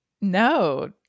No